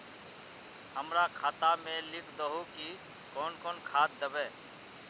हमरा खाता में लिख दहु की कौन कौन खाद दबे?